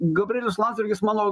gabrielius landsbergis mano